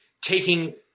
taking